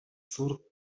зуур